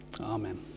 Amen